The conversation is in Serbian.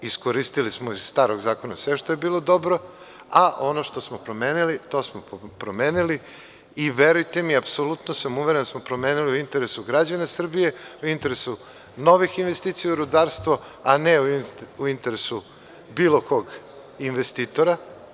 Iskoristili smo iz starog zakona sve što je bilo dobro, a ono što smo promenili, to smo promenili, i verujte mi, apsolutno sam uveren da smo promenili u interesu građana Srbije, u interesu novih investicija u rudarstvo, a ne u interesu bilo kog investitora.